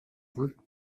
mein